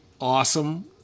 awesome